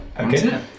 Okay